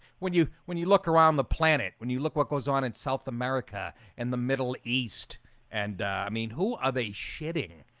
when you when you look around the planet when you look what goes on in south america and the middle east and i mean, who are they shitting?